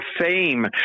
fame